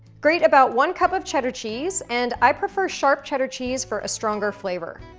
grate about one cup of cheddar cheese, and i prefer sharp cheddar cheese for a stronger flavor.